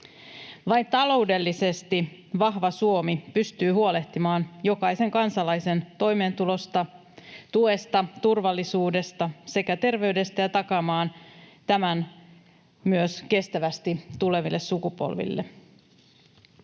Vain taloudellisesti vahva Suomi pystyy huolehtimaan jokaisen kansalaisen toimeentulosta, tuesta, turvallisuudesta sekä terveydestä ja takaamaan tämän myös kestävästi tuleville sukupolville.